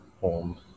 home